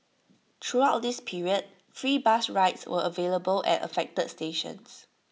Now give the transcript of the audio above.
throughout this period free bus rides were available at affected stations